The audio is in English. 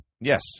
yes